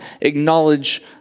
acknowledge